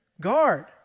Guard